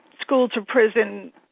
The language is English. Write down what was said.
school-to-prison